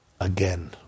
again